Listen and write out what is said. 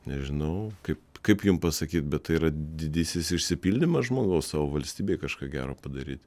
nežinau kaip kaip jum pasakyt bet tai yra didysis išsipildymas žmogus savo valstybei kažką gero padaryt